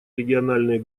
региональные